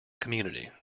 community